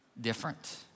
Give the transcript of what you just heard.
different